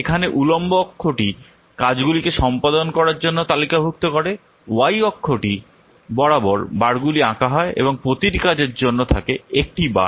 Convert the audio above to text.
এখানে উল্লম্ব অক্ষটি কাজগুলিকে সম্পাদন করার জন্য তালিকাভুক্ত করে y অক্ষটি বরাবর বারগুলি আঁকা হয় এবং প্রতিটি কাজের জন্য থাকে 1টি বার